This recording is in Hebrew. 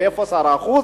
ואיפה שר החוץ?